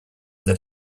that